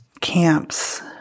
camps